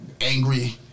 Angry